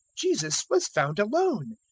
jesus was found alone.